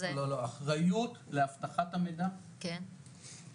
לא, לא, אחריות לאבטחת המידע בסייבר,